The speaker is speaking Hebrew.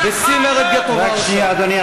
בשיא מרד גטו ורשה.